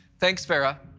thanks, vera.